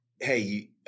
Hey